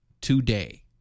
today